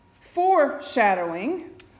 foreshadowing